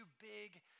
big